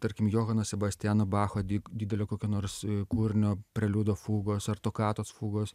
tarkim johano sebastijano bacho dig didelio kokio nors kūrinio preliudo fugos ar tokatos fugos